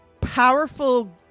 powerful